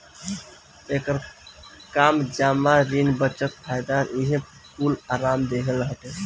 एकर काम जमा, ऋण, बचत, फायदा इहे कूल आराम देहल हटे